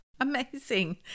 amazing